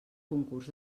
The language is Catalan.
concurs